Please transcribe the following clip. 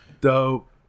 Dope